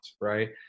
right